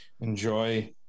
enjoy